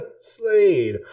Slade